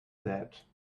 sät